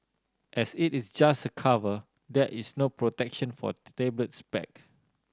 as it is just a cover there is no protection for the tablet's back